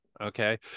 Okay